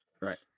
Right